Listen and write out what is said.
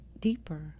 Deeper